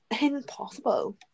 impossible